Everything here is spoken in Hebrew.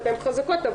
אתן חזקות,